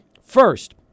First